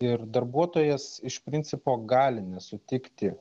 ir darbuotojas iš principo gali nesutikti